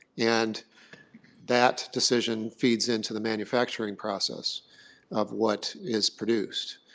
and that decision feeds into the manufacturing process of what is produced.